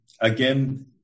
Again